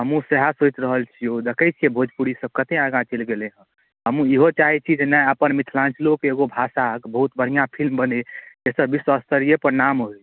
हमहूँ सएह सोचि रहल छिए देखै छिए भोजपुरीसब कतेक आगाँ चलि गेलै हम इहो चाहै छी जे ने अपन मिथलाञ्चलोके एगो भाषाके बहुत बढ़िआँ फिलिम बनै जकर विश्वस्तरीयपर नाम होइ